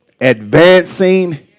Advancing